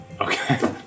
Okay